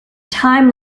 time